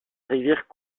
rivière